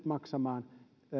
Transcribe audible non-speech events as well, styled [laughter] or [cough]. [unintelligible] maksamaan